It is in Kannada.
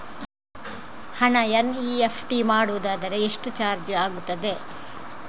ಹಣ ಎನ್.ಇ.ಎಫ್.ಟಿ ಮಾಡುವುದಾದರೆ ಎಷ್ಟು ಚಾರ್ಜ್ ಆಗುತ್ತದೆ?